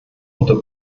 unter